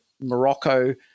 Morocco